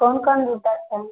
कोन कोन जुता छै